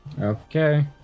Okay